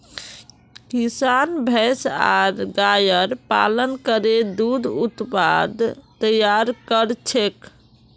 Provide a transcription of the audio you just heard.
किसान भैंस आर गायर पालन करे दूध उत्पाद तैयार कर छेक